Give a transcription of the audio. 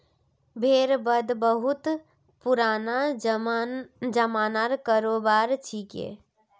भेड़ वध बहुत पुराना ज़मानार करोबार छिके